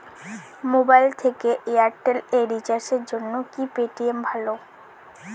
Mobile থেকে Airtel এ রিচার্জের জন্য কি পেটিএম ভালো?